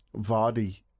Vardy